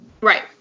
right